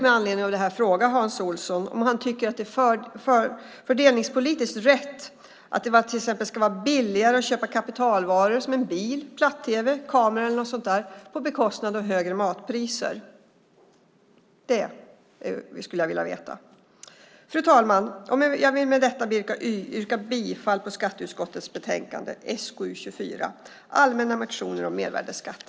Med anledning av det vill jag fråga Hans Olsson om han tycker att det är fördelningspolitiskt rätt att det ska vara billigare att köpa kapitalvaror, som bil, platt-tv eller kameror, till priset av högre matpriser. Det skulle jag vilja veta. Fru talman! Jag vill med detta yrka bifall till förslagen i skatteutskottets betänkande SkU 24, Allmänna motioner om mervärdesskatt.